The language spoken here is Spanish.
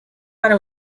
para